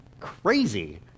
Crazy